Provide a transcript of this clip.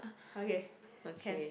okay can